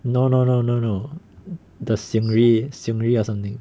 no no no no no the seungri seungri or something